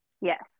Yes